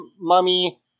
mummy